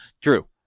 Drew